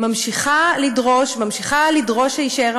ממשיכה לדרוש שהמכל יישאר,